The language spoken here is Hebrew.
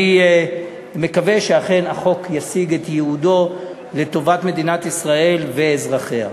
אני מקווה שאכן החוק ישיג את ייעודו לטובת מדינת ישראל ואזרחיה.